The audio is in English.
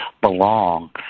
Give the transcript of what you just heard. belong